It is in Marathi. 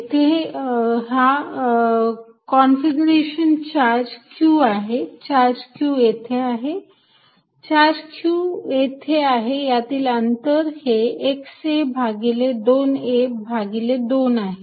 इथे हा चार्ज q आहे चार्ज q येथे आहे चार्ज q येथे आहे यातील अंतर हे x a भागिले 2 a भागिले दोन आहे